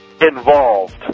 involved